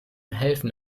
helfen